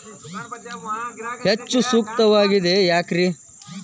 ಹೆಚ್ಚು ಸೂಕ್ತವಾಗಿದೆ ಯಾಕ್ರಿ?